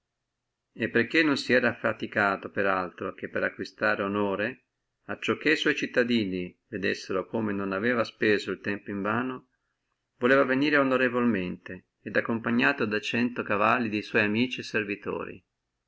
e perché non sera affaticato per altro che per acquistare onore acciò che sua cittadini vedessino come non aveva speso el tempo in vano voleva venire onorevole et accompagnato da cento cavalli di sua amici e servidori